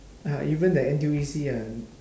ah even the N_T_U_C uh